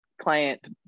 client